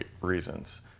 reasons